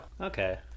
Okay